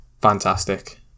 fantastic